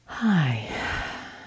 Hi